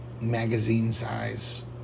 magazine-size